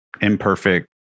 imperfect